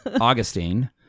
Augustine